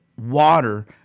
water